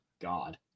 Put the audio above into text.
god